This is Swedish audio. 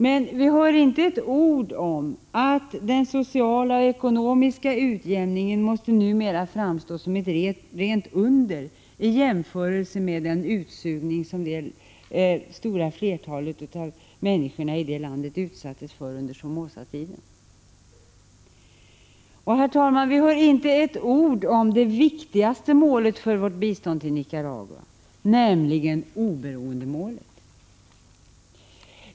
Men vi hör inte ett ord om att den sociala och ekonomiska utjämningen numera måste framstå som ett rent under i jämförelse med den utsugning som det stora flertalet av människorna i det landet utsattes för under Somozatiden. Och, herr talman, vi hör inte ett ord om det viktigaste målet för vårt bistånd till Nicaragua, nämligen oberoendemålet.